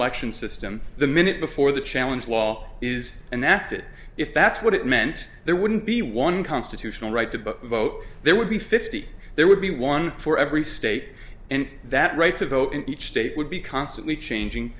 election system the minute before the challenge law is and that it if that's what it meant there wouldn't be one constitutional right to book a vote there would be fifty there would be one for every state and that right to vote in each state would be constantly changing